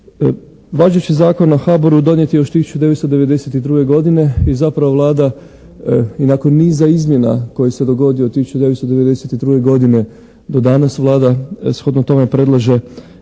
Važeći Zakon o HBOR-u donijet je još 1992. godine i zapravo Vlada i nakon niza izmjena koji se dogodio 1992. godine do danas Vlada shodno tome predlaže